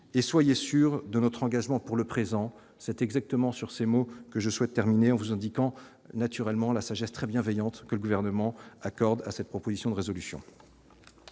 soyez sûrs de notre engagement pour le présent, c'est exactement sur ces mots que je souhaite terminer en vous indiquant naturellement la sagesse très bienveillante que le gouvernement accorde à cette proposition de résolution.